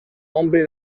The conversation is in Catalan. ompli